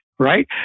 Right